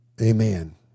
Amen